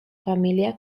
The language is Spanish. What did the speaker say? familia